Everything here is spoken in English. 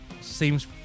seems